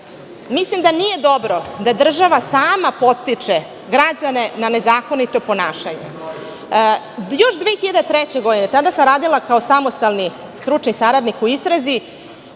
Mislim da nije dobro da država sama podstiče građane na nezakonito ponašanje. Još 2003. godine, kada sam radila kao samostalni stručni saradnik u istrazi,